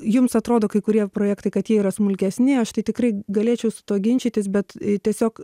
jums atrodo kai kurie projektai kad jie yra smulkesni aš tai tikrai galėčiau su tuo ginčytis bet tiesiog